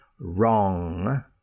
wrong